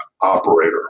operator